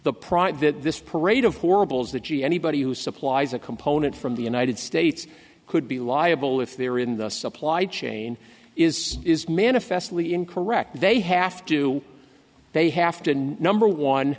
that this parade of horribles the g anybody who supplies a component from the united states could be liable if they were in the supply chain is so is manifestly incorrect they have to they have to number one